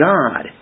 God